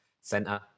center